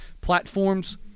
platforms